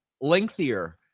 lengthier